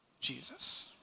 Jesus